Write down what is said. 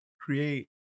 create